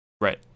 Right